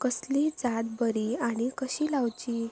कसली जात बरी आनी कशी लाऊची?